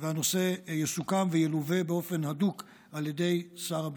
והנושא יסוכם וילווה באופן הדוק על ידי שר הביטחון.